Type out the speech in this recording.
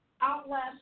outlast